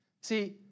See